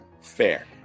fair